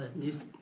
this